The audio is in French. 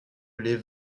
les